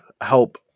help